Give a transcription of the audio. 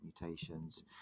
mutations